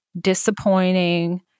disappointing